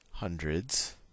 Hundreds